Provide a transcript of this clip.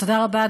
תודה רבה,